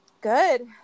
Good